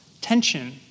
tension